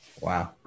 Wow